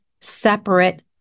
separate